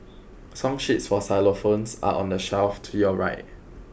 song sheets for xylophones are on the shelf to your right